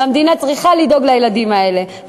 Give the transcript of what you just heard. והמדינה צריכה לדאוג לילדים האלה,